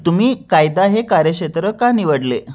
तुम्ही कायदा हे कार्यक्षेत्र का निवडले